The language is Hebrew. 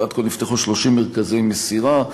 ועד כה נפתחו 30 מרכזי מסירה,